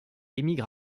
émigre